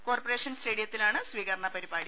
കോർപ്പ ration സ്റ്റേഡിയത്തിലാണ് സ്വീകരണ പരിപാടി